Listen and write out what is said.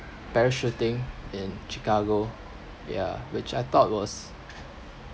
parachuting in chicago ya which I thought was